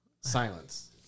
Silence